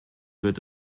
wird